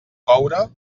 coure